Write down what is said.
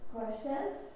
Questions